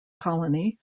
colony